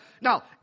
Now